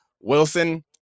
Wilson